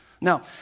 Now